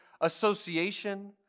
association